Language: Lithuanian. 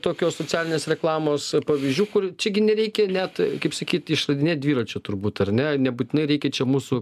tokios socialinės reklamos pavyzdžių kur čiagi nereikia net kaip sakyt išradinėt dviračio turbūt ar ne nebūtinai reikia čia mūsų